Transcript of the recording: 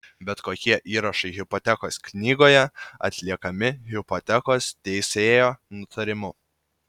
bet kokie įrašai hipotekos knygoje atliekami hipotekos teisėjo nutarimu